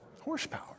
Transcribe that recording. Horsepower